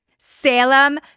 Salem